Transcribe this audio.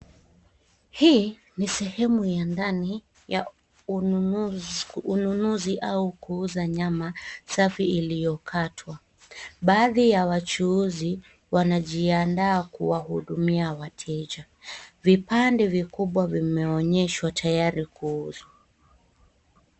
Hii ni sehemu ya ndani ya ununuzi au kuuza nyama safi iliyokatwa. Baadhi ya wachuuzi wanajiandaa kuwahudumia wateja. Vipande vikubwa vimeonyeshwa tayari kuuzwa.